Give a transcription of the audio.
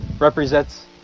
represents